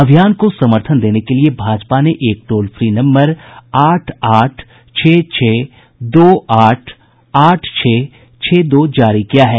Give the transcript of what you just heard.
अभियान को समर्थन देने के लिए भाजपा ने एक टोल फ्री नम्बर आठ आठ छह छह दो आठ आठ छह छह दो भी जारी किया है